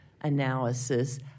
analysis